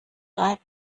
dive